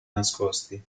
nascosti